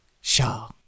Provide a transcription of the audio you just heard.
Shaw